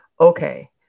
okay